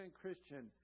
Christian